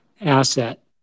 asset